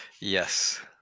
Yes